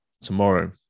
Tomorrow